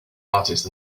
artist